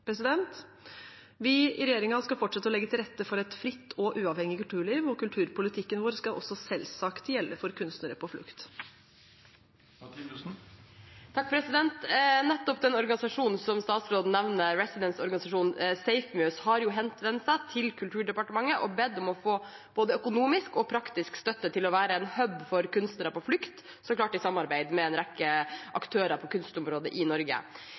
Vi i regjeringen skal fortsette å legge til rette for et fritt og uavhengig kulturliv, og kulturpolitikken vår skal selvsagt også gjelde for kunstnere på flukt. Nettopp den organisasjonen som statsråden nevner, residensorganisasjonen SafeMUSE, har henvendt seg til Kulturdepartementet og bedt om å få både økonomisk og praktisk støtte til å være en hub for kunstnere på flukt – så klart i samarbeid med en rekke aktører på kunstområdet i Norge.